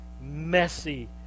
messy